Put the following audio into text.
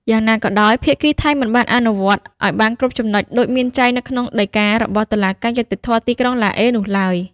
យ៉ាងណាក៏ដោយភាគីថៃមិនបានអនុវត្តឲ្យបានគ្រប់ចំណុចដូចមានចែងនៅក្នុងដីការបស់តុលាការយុត្តិធម៌ទីក្រុងឡាអេនោះឡើយ។